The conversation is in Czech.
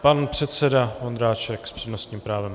Pan předseda Vondráček s přednostním právem.